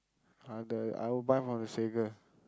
I the I will buy from the Sekar